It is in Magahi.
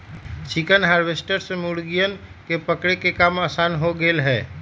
चिकन हार्वेस्टर से मुर्गियन के पकड़े के काम आसान हो गैले है